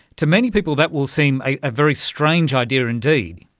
to many people that will seem a very strange idea indeed.